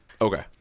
Okay